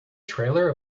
trailer